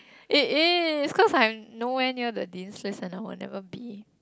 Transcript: it is cause I'm nowhere I never be